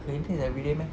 her intern everyday meh